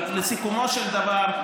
לסיכומו של דבר,